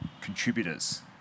contributors